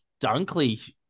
Dunkley